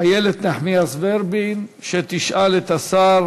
איילת נחמיאס ורבין, שתשאל את השר